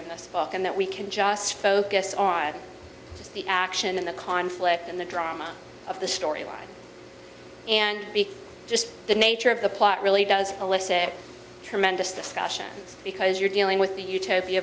in this book and that we can just focus on the action and the conflict and the drama of the story and be just the nature of the plot really does a let's say tremendous discussion because you're dealing with the utopia